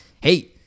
hey